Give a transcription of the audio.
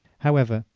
however,